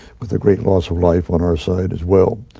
with a great loss of life on our side as well,